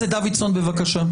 חבר הכנסת דוידסון, בבקשה.